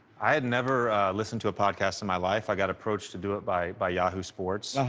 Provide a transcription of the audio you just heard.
i had never listened to a podcast in my life. i got approached to do it by by yahoo sports.